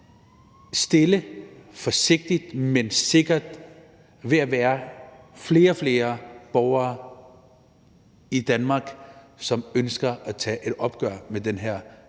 stille og forsigtigt, men sikkert – bliver flere og flere borgere i Danmark, som ønsker at tage et opgør med den her